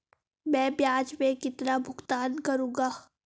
मैं ब्याज में कितना भुगतान करूंगा?